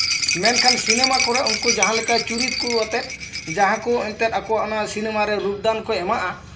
ᱢᱮᱱᱠᱷᱟᱱ ᱥᱤᱱᱮᱢᱟ ᱠᱚᱨᱮ ᱩᱱᱠᱩ ᱡᱟᱦᱟᱸ ᱞᱮᱠᱟ ᱪᱩᱨᱤᱛ ᱠᱚ ᱟᱛᱮᱜ ᱡᱟᱦᱟᱸ ᱠᱚ ᱮᱱᱛᱮᱜ ᱟᱠᱚᱣᱟᱜ ᱚᱱᱟ ᱥᱤᱱᱮᱢᱟᱨᱮ ᱨᱩᱯᱫᱟᱱ ᱠᱚ ᱮᱢᱟᱜᱼᱟ